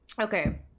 okay